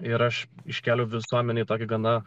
ir aš iš kelių visuomenėje tokį gana